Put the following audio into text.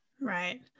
Right